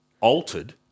altered